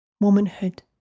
Womanhood